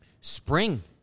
Spring